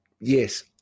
Yes